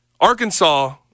Arkansas –